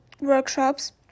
workshops